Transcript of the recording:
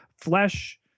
flesh